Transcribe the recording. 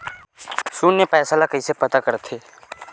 शून्य पईसा ला कइसे पता करथे?